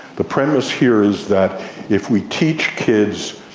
the premise here is that if we teach kids